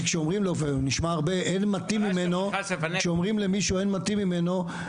החקלאות בנגב ובגליל היא אירוע אסטרטגי עבור מדינת ישראל.